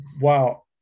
wow